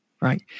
Right